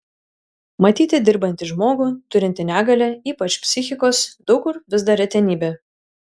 matyti dirbantį žmogų turintį negalią ypač psichikos daug kur vis dar retenybė